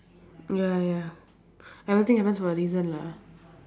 ya ya everything happens for a reason lah